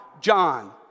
John